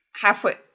halfway